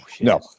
no